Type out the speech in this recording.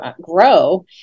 grow